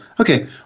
okay